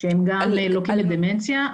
שהם גם לוקים בדמנציה,